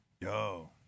Yo